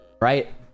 right